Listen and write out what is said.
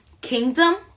Kingdom